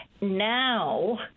now